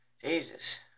Jesus